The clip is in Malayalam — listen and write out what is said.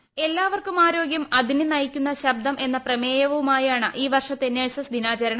വോയ്സ് എല്ലാവർക്കും ആരോഗ്യം അതിനെ നയിക്കുന്ന ശബ്ദം എന്ന പ്രമേയവുമായാണ് ഈ വർഷത്തെ നെഴ്സസ് ദിനാചരണം